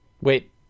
Wait